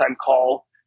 call